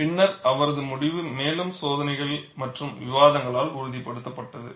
பின்னர் அவரது முடிவு மேலும் சோதனைகள் மற்றும் விவாதங்களால் உறுதிப்படுத்தப்பட்டது